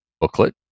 booklet